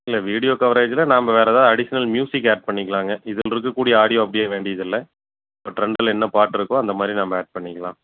இல்லை வீடியோ கவரேஜியில் நாம் வேறு எதாது அடிஷ்னல் ம்யூசிக் ஆட் பண்ணிக்கலாங்க இதில் இருக்கக் கூடிய ஆடியோ அப்படியே வேண்டியதில்லை இப்போ ட்ரெண்டில் என்ன பாட்டு இருக்கோ அந்த மாதிரி நம்ம ஆட் பண்ணிக்கலாம்